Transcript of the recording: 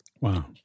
Wow